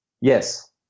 Yes